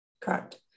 Correct